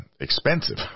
expensive